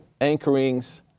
anchorings